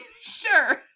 sure